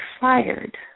fired